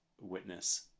witness